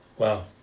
Wow